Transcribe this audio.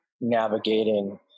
navigating